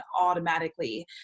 automatically